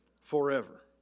forever